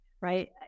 right